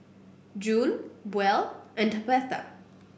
June Buell and Tabatha